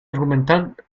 argumental